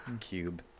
cube